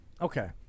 Okay